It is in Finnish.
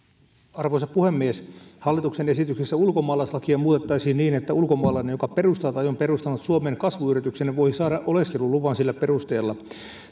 arvoisa puhemies hallituksen esityksessä ulkomaalaislakia muutettaisiin niin että ulkomaalainen joka perustaa tai on perustanut suomeen kasvuyrityksen voi saada oleskeluluvan sillä perusteella